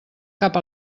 cap